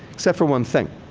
except for one thing.